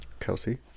Kelsey